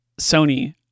Sony